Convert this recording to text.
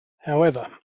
however